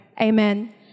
Amen